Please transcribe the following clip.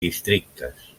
districtes